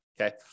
okay